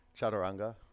Chaturanga